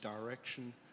direction